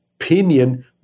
opinion